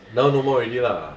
now no more already lah